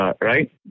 Right